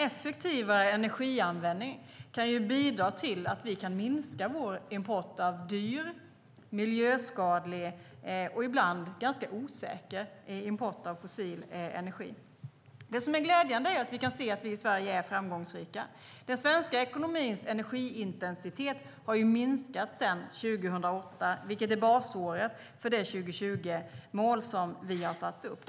Effektivare energianvändning kan bidra till att vi kan minska vår import av dyr, miljöskadlig och ibland ganska osäker import av fossil energi. Det är glädjande att vi i Sverige är framgångsrika. Den svenska ekonomins energiintensitet har minskat sedan 2008, vilket är basåret för det 2020-mål som vi har satt upp.